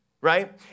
Right